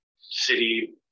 city